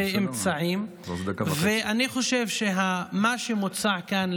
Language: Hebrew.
אני חושב שמה שמוצע כאן,